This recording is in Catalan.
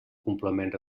complement